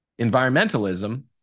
environmentalism